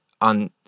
on